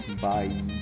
Bye